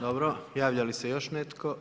Dobro, javlja li se još netko?